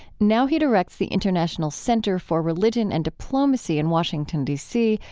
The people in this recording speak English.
now he directs the international center for religion and diplomacy in washington, d c,